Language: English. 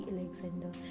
Alexander